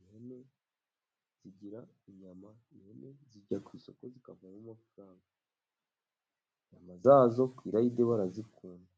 ihene zigira inyama， ihene zijya ku isoko zikavamo amafaranga，inyama zazo ku irayidi barazikunda.